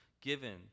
given